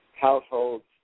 households